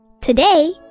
Today